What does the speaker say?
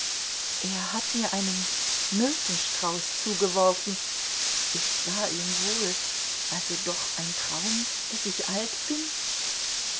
er hat mir einen myrtenstrauß zugeworfen ich sah ihn wohl also doch ein traum daß ich alt bin